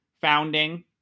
founding